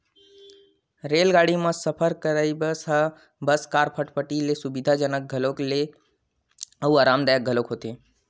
रेलगाड़ी म सफर करइ ह बस, कार, फटफटी ले सुबिधाजनक घलोक हे अउ अरामदायक घलोक होथे